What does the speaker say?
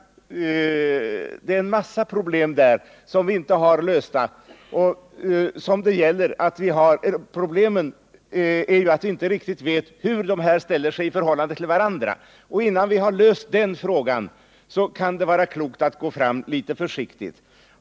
Här finns en massa problem som vi inte har löst. Vi vet inte riktigt hur de olika medlen ställer sig i förhållande till varandra. Innan vi löst den frågan kan det vara klokt att gå fram litet försiktigt.